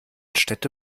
städte